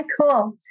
cool